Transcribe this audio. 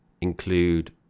include